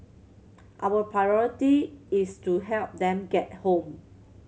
our priority is to help them get home